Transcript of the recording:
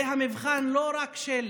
זה המבחן, לא רק של